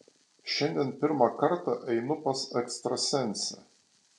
šiandien pirmą kartą einu pas ekstrasensę